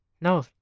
No